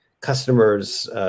customers